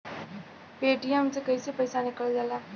Paytm से कैसे पैसा निकलल जाला?